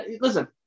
listen